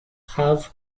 have